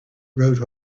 wrote